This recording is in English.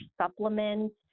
supplements